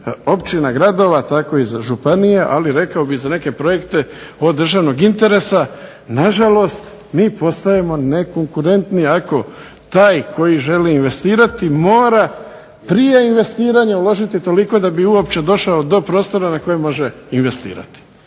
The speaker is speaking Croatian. općina, gradova tako i za županije ali rekao bih i za neke projekte od državnog interesa, nažalost mi postajemo nekonkurentni ako taj koji želi investirati mora prije investiranja uložiti toliko da bi uopće došao do prostora na kojem može investirati.